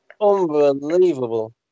Unbelievable